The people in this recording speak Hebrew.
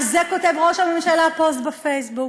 על זה כותב ראש הממשלה פוסט בפייסבוק.